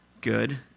good